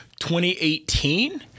2018